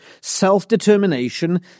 self-determination